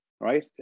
right